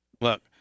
Look